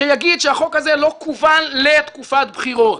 שיגיד שהחוק הזה לא כוון לתקופת בחירות.